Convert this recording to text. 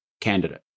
candidate